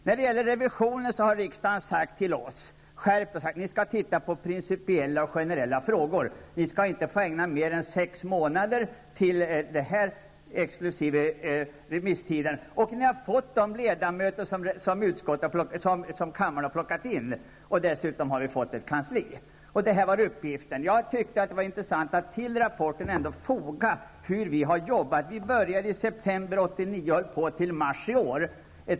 När det gäller revisionen har riksdagen gett oss i uppdrag att titta på principiella och generella frågor. Vi skulle inte få ägna mer än sex månader till detta exkl. remisstiden. Vi fick de ledamöter som kammaren hade plockat ut, och dessutom fick vi ett kansli. Detta var vår uppgift. Jag tyckte att det var intressant att foga till rapporten hur vi har arbetat. Vi började i september 1989 och höll på till mars i år.